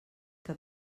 que